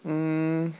mm